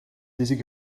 isegi